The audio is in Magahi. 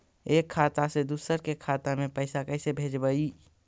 एक खाता से दुसर के खाता में पैसा कैसे भेजबइ?